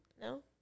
No